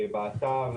באתר,